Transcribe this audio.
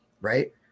Right